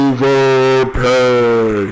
Overpay